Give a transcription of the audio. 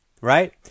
right